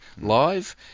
live